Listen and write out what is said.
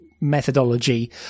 methodology